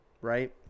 Right